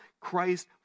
Christ